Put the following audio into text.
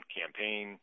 campaign